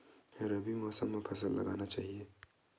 रबी मौसम म का फसल लगाना चहिए?